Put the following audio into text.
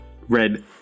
red